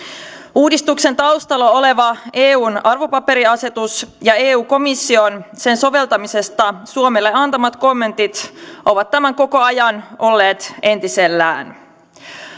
uudistuksen taustalla oleva eun arvopaperiasetus ja eu komission sen soveltamisesta suomelle antamat kommentit ovat tämän koko ajan olleet entisellään